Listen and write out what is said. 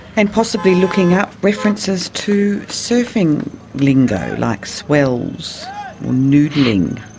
and possibly looking up references to surfing lingo like swells or noodling.